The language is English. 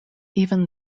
even